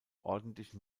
ordentlichen